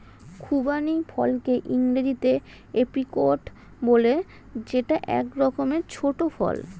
খুবানি ফলকে ইংরেজিতে এপ্রিকট বলে যেটা এক রকমের ছোট্ট ফল